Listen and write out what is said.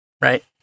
Right